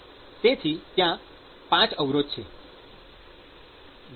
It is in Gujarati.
તેથી ત્યાં ૫ અવરોધો છે